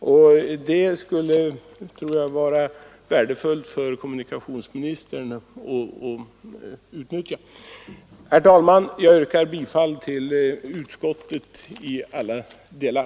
Och jag tror att det skulle vara värdefullt om kommunikationsministern följde det rådet. Herr talman! Jag yrkar bifall till utskottets hemställan i alla delar.